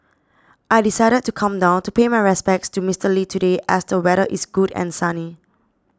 I decided to come down to pay my respects to Mister Lee today as the weather is good and sunny